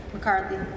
McCarthy